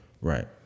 Right